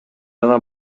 жана